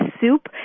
soup